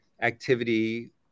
activity